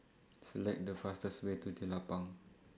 Select The fastest Way to Jelapang